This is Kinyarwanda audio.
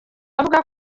avuga